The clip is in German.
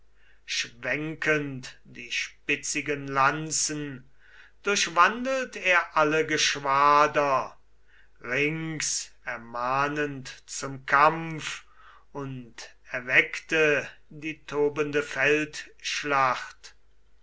schwenkend die spitzigen lanzen durchwandelt er alle geschwader rings ermahnend zum kampf und erweckte die tobende